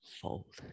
fold